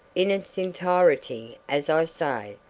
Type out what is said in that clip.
in its entirety, as i say,